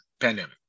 pandemic